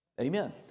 Amen